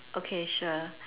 okay sure